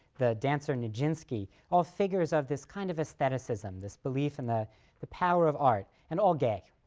the dancer nijinsky all figures of this kind of aestheticism, this belief in the the power of art, and all gay,